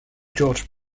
george